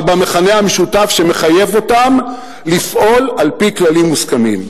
אבל במכנה המשותף שמחייב אותם לפעול על-פי כללים מוסכמים,